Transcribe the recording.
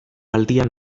aldian